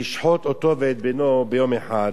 לשחוט אותו ואת בנו ביום אחד.